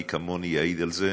ומי כמוני יעיד על זה,